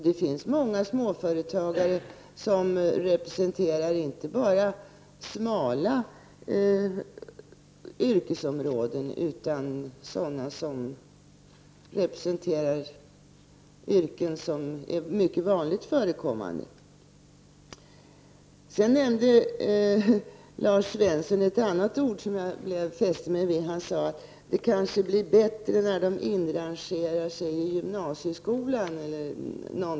Det finns många småföretagare som inte bara representerar smala yrkesområden utan också yrken som är mycket vanligt förekommande. Lars Svensson nämnde även ett annat ord som jag fäste mig vid. Han sade något i stil med att det kanske blir bättre när de inrangerar sig i gymnasieskolan.